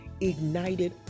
ignited